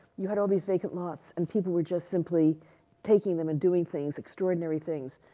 you had all these vacant lots, and people were just simply taking them and doing things, extraordinary things.